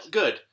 good